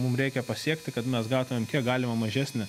mum reikia pasiekti kad mes gautumėm kiek galima mažesnį